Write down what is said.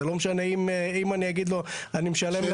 לא משנה אם אני אגיד לו, אני משלם לך.